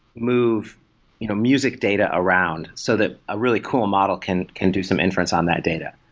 move you know music data around so that a really cool model can can do some inference on that data.